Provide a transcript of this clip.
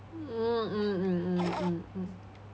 mm mm mm mm mm mm